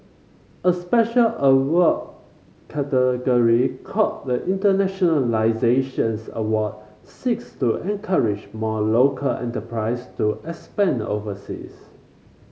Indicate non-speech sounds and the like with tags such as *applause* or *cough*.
a special award category called the Internationalisation *unintelligible* Award seeks to encourage more local enterprise to expand overseas